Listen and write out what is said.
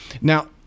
Now